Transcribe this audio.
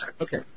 Okay